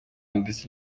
ndetse